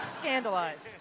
scandalized